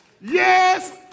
Yes